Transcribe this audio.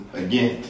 again